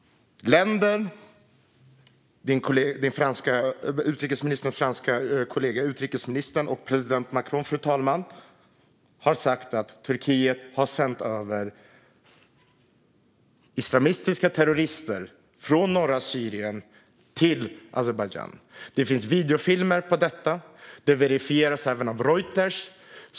Utrikesministerns franske kollega liksom president Macron har, fru talman, sagt att Turkiet har sänt över islamistiska terrorister från norra Syrien till Azerbajdzjan. Det finns videofilmer som visar detta. Det verifieras även av Reuters.